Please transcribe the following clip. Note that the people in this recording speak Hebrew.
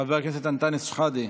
חברת הכנסת עאידה תומא סלימאן,